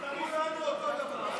כולנו אותו דבר.